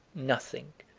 nothing,